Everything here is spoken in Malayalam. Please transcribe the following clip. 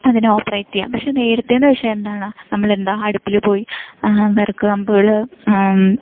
അതിനെ ഓപ്പറേറ്റ് ചെയ്യാൻ പക്ഷേ നേരത്തേയെന്ന് വെച്ചാൽ എന്താണ് നമ്മളെന്താ അടുപ്പിൽ പോയി വിറക് കമ്പുകൾ